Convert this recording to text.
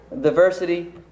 diversity